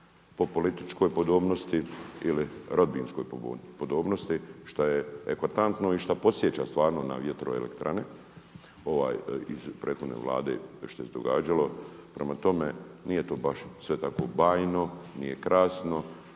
po političkoj podobnosti ili rodbinskoj podobnosti šta je eklatantno i šta podsjeća stvarno na vjetroelektrane iz prethodne Vlade što se je događalo. Prema tome, nije to baš sve tako bajno, nije krasno